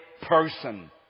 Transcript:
person